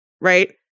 right